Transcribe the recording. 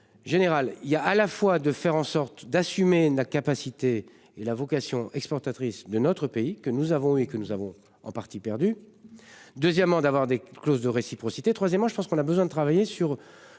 Général, il y a à la fois de faire en sorte d'assumer la capacité et la vocation exportatrice de notre pays que nous avons et que nous avons en partie perdu. Deuxièmement d'avoir des clause de réciprocité. Troisièmement je pense qu'on a besoin de travailler sur,